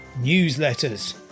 newsletters